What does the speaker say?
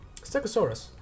Stegosaurus